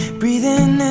breathing